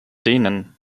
denen